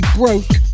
broke